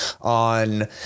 on